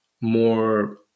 more